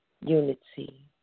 unity